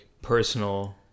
personal